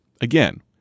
again